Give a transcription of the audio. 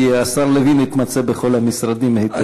כי השר לוין יתמצא בכל המשרדים היטב.